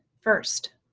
first,